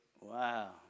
Wow